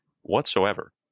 whatsoever